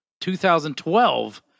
2012